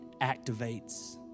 activates